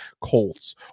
colts